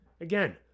Again